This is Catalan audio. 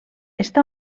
està